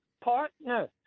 partner